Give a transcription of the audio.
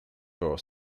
were